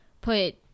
put